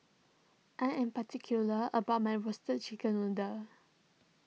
I am particular about my Roasted Chicken Noodle